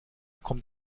kommt